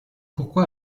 pourquoi